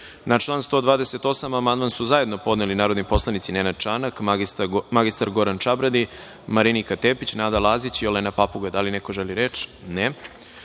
člana 128. amandman su zajedno podneli narodni poslanici Nenad Čanak, mr Goran Čabradi, Marinika Tepić, Nada Lazić i Olena Papuga. Da li neko želi reč?